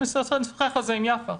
אני אחר כך אשוחח על זה עם יפה.